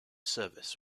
service